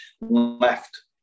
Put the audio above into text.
left